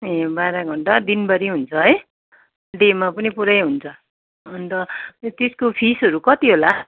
ए बाह्र घन्टा दिनभरि हुन्छ है डेमा पनि पुरै हुन्छ अन्त त्यसको फिसहरू कति होला